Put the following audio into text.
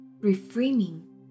Reframing